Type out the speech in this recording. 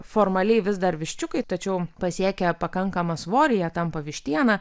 formaliai vis dar viščiukai tačiau pasiekę pakankamą svorį jie tampa vištiena